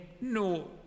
No